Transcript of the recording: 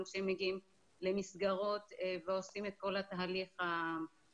גם כשהם מגיעים למסגרות ועושים את כל התהליך הפלילי.